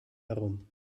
herum